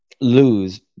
lose